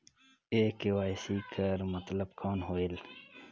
ये के.वाई.सी कर मतलब कौन होएल?